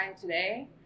today